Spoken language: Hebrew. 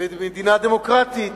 וכמדינה דמוקרטית.